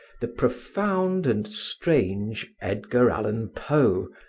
the profound and strange edgar allen poe,